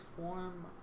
form